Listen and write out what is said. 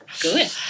Good